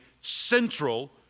central